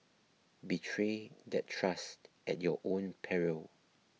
betray that trust at your own peril